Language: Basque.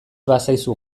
bazaizu